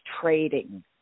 trading